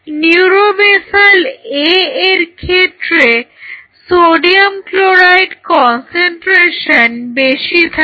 neuro basal A এরক্ষেত্রে sodium ক্লোরাইডের concentration বেশি থাকে